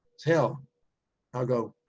it's hell i'll go,